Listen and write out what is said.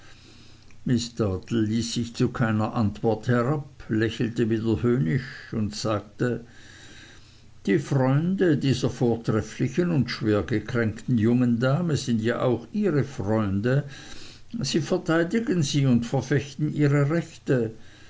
miß dartle ließ sich zu keiner antwort herab lächelte wieder höhnisch und sagte die freunde dieser vortrefflichen und schwergekränkten jungen dame sind ja auch ihre freunde sie verteidigen sie und verfechten ihre rechte